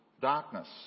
darkness